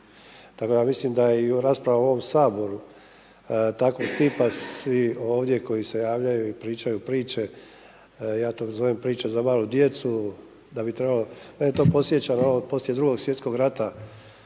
Tako da mislim da i u raspravama u ovom Saboru takvog tipa svi ovdje koji se javljaju i pričaju priče, ja to zovem priče za malu djecu, da bi trebalo. Mene to podsjeća na ono poslije Drugog svjetskog rata